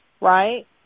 right